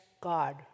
God